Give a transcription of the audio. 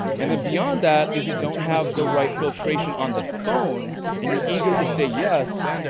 and then beyond that, if you don't have the right filtration on the phone and you're eager to say yes,